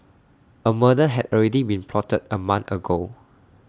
A murder had already been plotted A month ago